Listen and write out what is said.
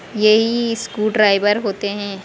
यही screwdriver होते हैं